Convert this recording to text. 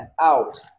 out